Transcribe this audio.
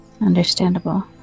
Understandable